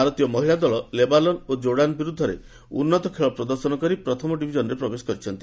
ଭାରତୀୟ ମହିଳା ଦଳ ଲେବାନନ ଓ ଯୋଡ୍ରାନ୍ ବିରୁଦ୍ଧରେ ଉନ୍ନତ ଖେଳ ପ୍ରଦର୍ଶନ କରି ପ୍ରଥମ ଡିଭିଜନ୍ରେ ପ୍ରବେଶ କରିଛନ୍ତି